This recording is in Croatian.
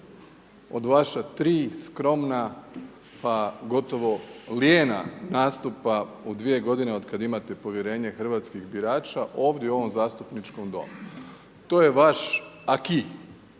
Od vaša tri skromna, pa gotovo lijena nastupa u 2 godine od kada imate povjerenje hrvatskih birača ovdje u ovom zastupničkom Domu, to je vaš